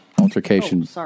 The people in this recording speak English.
altercation